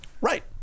Right